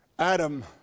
Adam